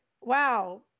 wow